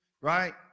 right